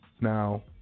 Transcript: Now